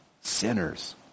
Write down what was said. sinners